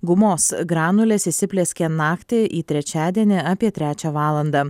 gumos granules įsiplieskė naktį į trečiadienį apie trečią valandą